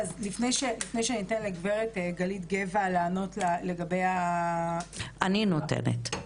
לפני שאני אתן לגברת גלית גבע לענות לגבי --- אני נותנת,